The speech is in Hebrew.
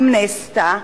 אם נעשתה.